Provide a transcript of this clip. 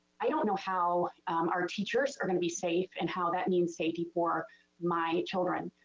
i don't know how our teachers are gonna be safe and how that means safety for my children.